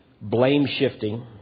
blame-shifting